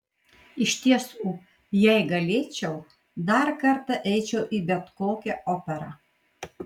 iš tiesų jei galėčiau dar kartą eičiau į bet kokią operą